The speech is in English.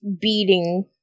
beating